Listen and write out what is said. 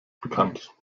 bekannt